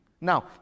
Now